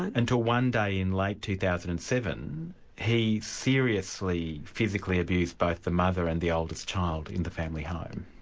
until one day in late two thousand and seven he seriously physically abused both the mother and the oldest child in the family home.